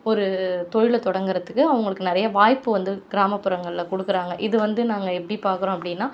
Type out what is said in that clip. ஒரு தொழிலை தொடங்குகிறத்துக்கு அவங்களுக்கு நிறைய வாய்ப்பு வந்து கிராமப்புறங்களில் கொடுக்குறாங்க இது வந்து நாங்கள் எப்படி பார்க்கிறோம் அப்படின்னா